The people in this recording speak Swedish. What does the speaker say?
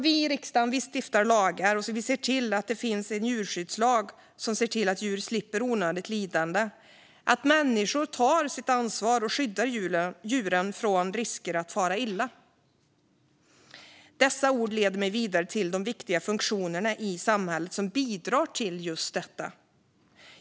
Vi i riksdagen stiftar lagar och ser till att det finns en djurskyddslag som ser till att djur slipper onödigt lidande och att människor tar sitt ansvar och skyddar djuren från risker att fara illa. Dessa ord leder mig vidare till de viktiga funktionerna i samhället som bidrar till just detta.